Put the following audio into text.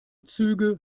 züge